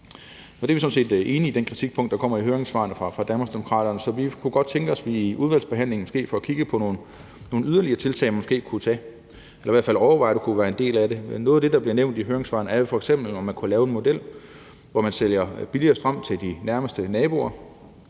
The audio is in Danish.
Danmarksdemokraternes side i det kritikpunkt, der kommer i høringssvarene. Så vi kunne godt tænke os, at vi i udvalgsbehandlingen måske får kigget på nogle yderligere tiltag, man måske kunne tage – eller i hvert fald overveje om kunne være en del af det. Noget af det, der bliver nævnt i høringssvarene, er f.eks., om man kunne lave en model, hvor man sælger billigere strøm til de nærmeste naboer.